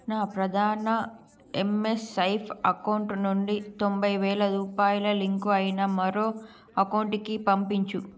నా ప్రధాన MS swipe account నుండి తొంభైవేల రూపాయలు లింకు అయిన మరో అకౌంట్ కి పంపించు